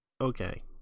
Okay